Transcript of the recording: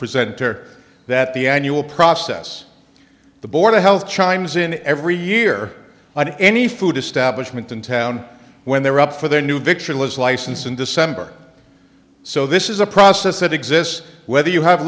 presenter that the annual process the board of health chimes in every year and any food establishment in town when they're up for their new victual is licensed in december so this is a process that exists whether you have